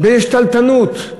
באיזו שתלטנות,